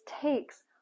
takes